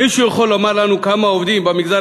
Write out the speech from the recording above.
מישהו יכול לומר לנו כמה עובדים במגזר